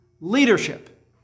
leadership